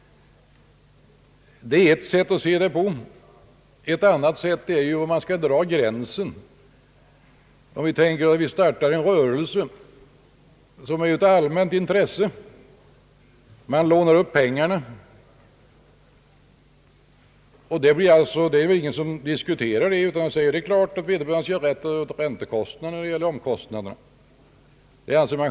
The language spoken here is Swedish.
En annan svårighet är var gränsen skall dras. Vi kan tänka oss att en person startar en rörelse som är av allmänt intresse. Han lånar upp pengar, och ingen hävdar annat än att vederbörande skall ha rätt att dra av räntekostnaden.